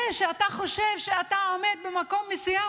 זה שאתה חושב שאתה עומד במקום מסוים